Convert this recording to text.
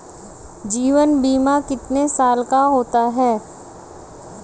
जीवन बीमा कितने साल का होता है?